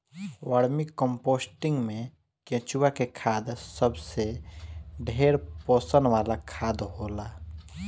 vermi composting में केचुआ के खाद सबसे ढेर पोषण वाला खाद होला